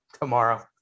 tomorrow